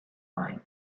mine